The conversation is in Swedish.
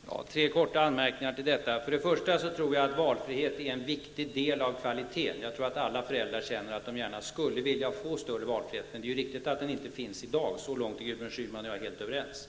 Herr talman! Låt mig göra tre korta anmärkningar till detta. För det första tror jag att valfrihet är en viktig del av kvaliteten. Jag tror att alla föräldrar känner att de gärna skulle vilja få större valfrihet. Det är emellertid riktigt att den inte finns i dag. Så långt är Gudrun Schyman och jag helt överens.